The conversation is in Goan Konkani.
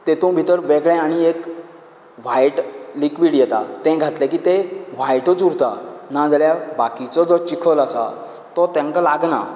तेंतू भितर वेगळें आनी एक व्हायट लिक्वीड येता तें घातले की तें व्हायटूच उरतात ना जाल्यार बाकिचो जो चिखल आसा तो तेंका लागना